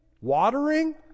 watering